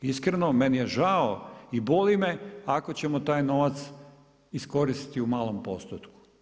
Iskreno, meni je žao i boli me ako ćemo taj novac iskoristiti u malom postupku.